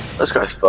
that's gotten